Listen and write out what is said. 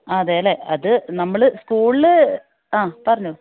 അതേ അല്ലേ അത് നമ്മൾ സ്കൂളിൽ ആ പറഞ്ഞോ